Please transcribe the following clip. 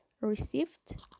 received